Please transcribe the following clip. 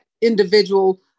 individual